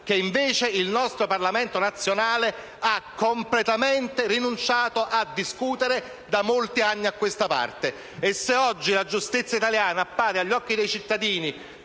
cui, invece, il nostro Parlamento nazionale ha completamente rinunciato a discutere da molti anni a questa parte. Se oggi la giustizia italiana appare agli occhi dei cittadini